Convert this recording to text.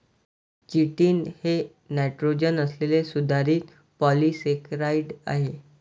chitin हे nitrogen असलेले सुधारित पॉलिसेकेराइड आहे